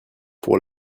pour